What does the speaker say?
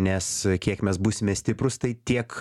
nes kiek mes būsime stiprūs tai tiek